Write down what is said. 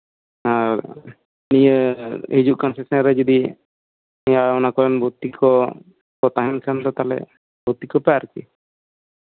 ᱤᱭᱟᱹ ᱦᱤᱡᱩᱜ ᱠᱟᱱ ᱥᱮᱥᱮᱱᱨᱮ ᱡᱚᱫᱤ ᱚᱱᱟ ᱠᱚᱨᱮᱱ ᱵᱷᱚᱨᱛᱤ ᱠᱚᱜ ᱜᱤᱫᱽᱨᱟᱹ ᱠᱚ ᱛᱟᱦᱮᱱ ᱠᱷᱟᱱ ᱫᱚ ᱵᱷᱚᱛᱛᱤ ᱠᱚᱯᱮ ᱟᱨᱠᱤ